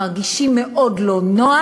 הם מרגישים מאוד לא נוח